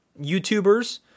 YouTubers